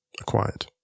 acquired